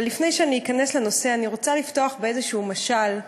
אבל לפני שאכנס לנושא אני רוצה לפתוח באיזשהו משל,